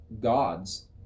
gods